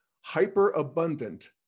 hyper-abundant